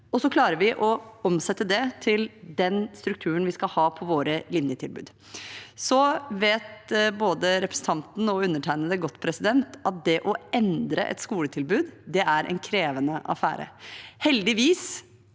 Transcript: så klarer vi å omsette det til den strukturen vi skal ha på våre linjetilbud. Så vet både representanten og undertegnede godt at det å endre et skoletilbud er en krevende affære. Heldigvis